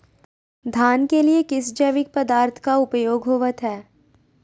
धान के लिए किस जैविक पदार्थ का उपयोग होवत है?